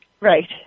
Right